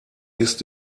ist